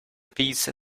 piece